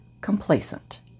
complacent